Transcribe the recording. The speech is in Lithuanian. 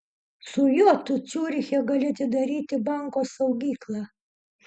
su juo tu ciuriche gali atidaryti banko saugyklą